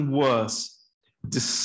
worse